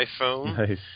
iPhone